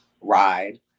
ride